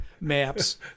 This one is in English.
maps